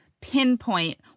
pinpoint